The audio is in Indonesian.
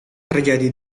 terjadi